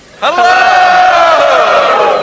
Hello